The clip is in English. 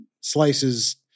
Slice's